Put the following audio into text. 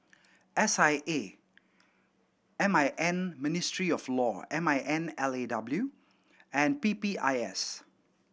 S I A M I N Ministry of Law M I N L A W and P P I S